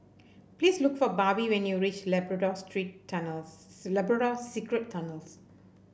please look for Barbie when you reach Labrador Street Tunnels Labrador Secret Tunnels